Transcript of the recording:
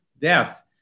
death